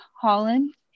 Holland